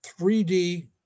3D